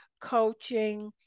coaching